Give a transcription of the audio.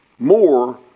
More